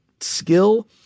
skill